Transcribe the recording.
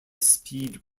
speed